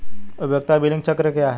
उपयोगिता बिलिंग चक्र क्या है?